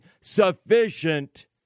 sufficient